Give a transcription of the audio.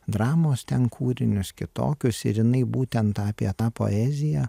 dramos ten kūrinius kitokios ir jinai būtent apie tą poeziją